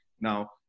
Now